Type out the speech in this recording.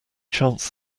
chance